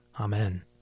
Amen